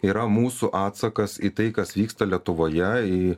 yra mūsų atsakas į tai kas vyksta lietuvoje į